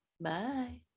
Bye